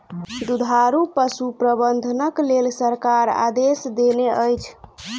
दुधारू पशु प्रबंधनक लेल सरकार आदेश देनै अछि